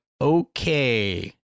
okay